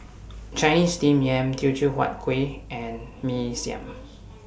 Chinese Steamed Yam Teochew Huat Kuih and Mee Siam